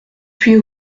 huit